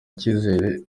icyizere